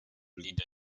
leader